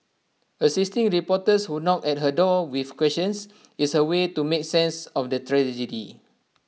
assisting reporters who knock at her door with questions is her way to making sense of the tragedy